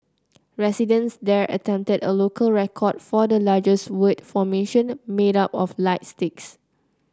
residents there attempted a local record for the largest word formation made up of light sticks